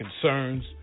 concerns